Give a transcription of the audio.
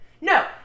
No